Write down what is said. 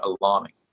alarming